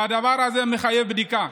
והדבר הזה מחייב בדיקה.